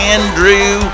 Andrew